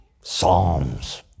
Psalms